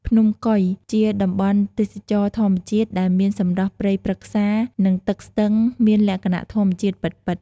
ភ្នំកុយ ជាតំបន់ទេសចរណ៍ធម្មជាតិដែលមានសម្រស់ព្រៃប្រឹក្សា និងទឹកស្ទឹងមានលក្ខណៈធម្មជាតិពិតៗ។